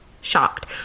shocked